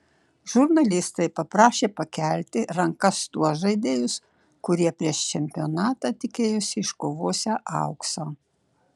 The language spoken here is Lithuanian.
žurnalistai paprašė pakelti rankas tuos žaidėjus kurie prieš čempionatą tikėjosi iškovosią auksą